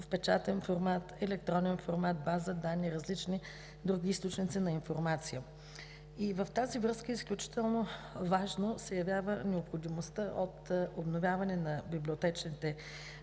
в печатен и електронен формат, бази данни и различни други източници на информация. В този контекст от изключителна важност се явява необходимостта от обновяване на библиотечните